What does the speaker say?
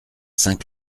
saint